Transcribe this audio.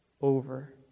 over